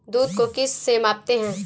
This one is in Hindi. दूध को किस से मापते हैं?